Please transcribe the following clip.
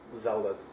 Zelda